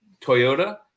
Toyota